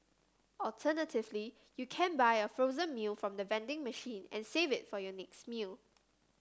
alternatively you can buy a frozen meal from the vending machine and save it for your next meal